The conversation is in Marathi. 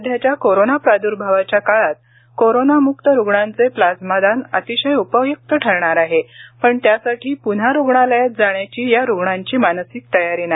सध्याच्या कोरोना प्रादुर्भावाच्या काळात कोरोनामुक्त रुग्णांचे प्लाझ्मा दान अतिशय उपयुक्त ठरणार आहे पण त्यासाठी पुन्हा रुग्णालयात जाण्याची या रुग्णांची मानसिक तयारी नाही